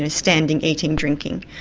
ah standing, eating, drinking.